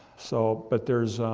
so, but there's,